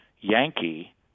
Yankee